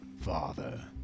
father